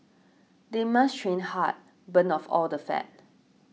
they must train hard burn off all the fat